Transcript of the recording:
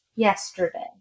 Yesterday